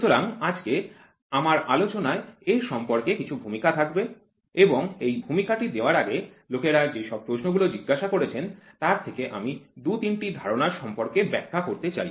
সুতরাং আজকে আমার আলোচনায় এর সম্পর্কে কিছু ভূমিকা থাকবে এবং এই ভূমিকাটি দেওয়ার আগে লোকেরা যেসব প্রশ্নগুলো জিজ্ঞাসা করেছেন তার থেকে আমি দু তিনটি ধারণার সম্পর্কে ব্যাখ্যা করতে চাই